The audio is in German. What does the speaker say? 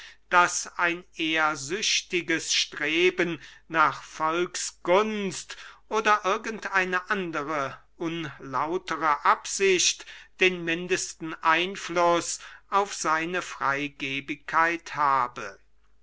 daß ein ehrsüchtiges streben nach volksgunst oder irgend eine andere unlautere absicht den mindesten einfluß auf seine freygebigkeit habe